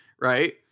right